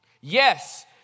Yes